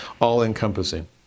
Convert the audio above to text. all-encompassing